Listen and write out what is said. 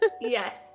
Yes